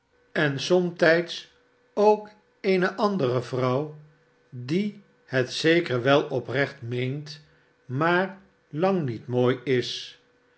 en somtijds ook eene andere vrouw die het zeker wel oprecht meent maar lang niet mooi is